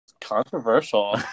Controversial